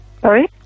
Sorry